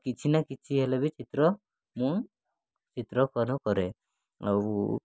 କିଛି ନା କିଛି ହେଲେ ବି ଚିତ୍ର ମୁଁ ଚିତ୍ରକର କରେ ଆଉ